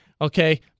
okay